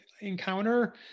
encounter